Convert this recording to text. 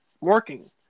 working